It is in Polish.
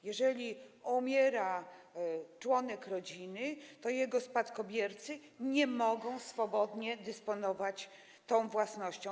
Jeżeli umiera członek rodziny, to jego spadkobiercy nie mogą swobodnie dysponować tą własnością.